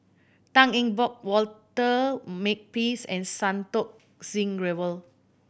Tan Eng Bock Walter Makepeace and Santokh Singh Grewal